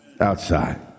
outside